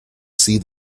see